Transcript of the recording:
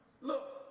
Look